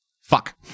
Fuck